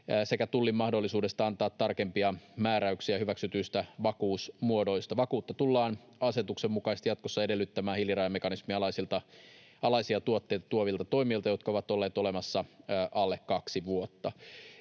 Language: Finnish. sekä Tullin mahdollisuudesta antaa tarkempia määräyksiä hyväksytyistä vakuusmuodoista. Vakuutta tullaan asetuksen mukaisesti jatkossa edellyttämään hiilirajamekanismin alaisia tuotteita tuovilta toimijoilta, jotka ovat olleet olemassa alle kaksi vuotta.